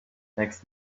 next